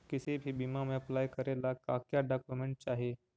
किसी भी बीमा में अप्लाई करे ला का क्या डॉक्यूमेंट चाही?